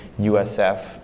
USF